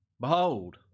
behold